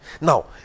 Now